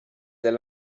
sehr